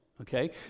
Okay